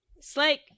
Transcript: Slake